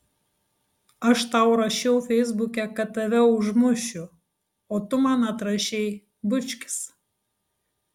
aš tau rašiau feisbuke kad tave užmušiu o tu man atrašei bučkis